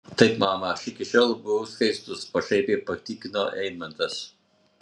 taip mama aš iki šiol buvau skaistus pašaipiai patikino eimantas